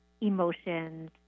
emotions